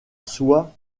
soie